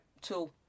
tool